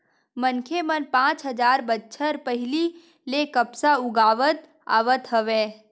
मनखे मन पाँच हजार बछर पहिली ले कपसा उगावत आवत हवय